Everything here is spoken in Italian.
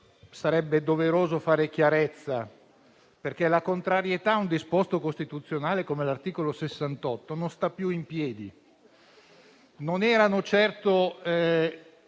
sarebbe doveroso fare chiarezza, perché la contrarietà a un disposto costituzionale come l'articolo 68 non sta più in piedi. Non erano certamente